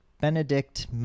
Benedict